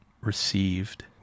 received